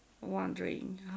wondering